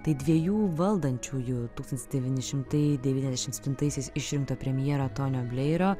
tai dviejų valdančiųjų tūkstantis devyni šimtai devyniasdešim septintaisiais premjero tonio blairo